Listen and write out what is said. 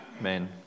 men